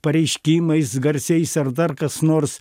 pareiškimais garsiais ar dar kas nors